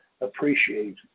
appreciate